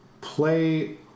play